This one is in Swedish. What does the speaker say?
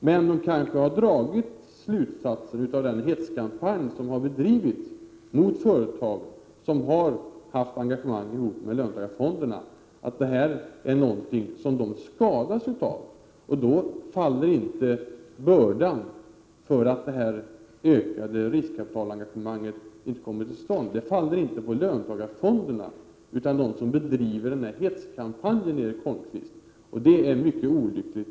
Men dessa företag har kanske dragit slutsatsen av den hetskampanj som har bedrivits mot företag som har varit engagerade i löntagarfonder, att löntagarfonder är något som de kan skadas av. Bördan för att ett ökat engagemang i riskkapital inte kommer till stånd faller då inte på löntagarfonderna utan på dem som bedriver denna hetskampanj, Erik Holmkvist. Att detta sker är mycket olyckligt.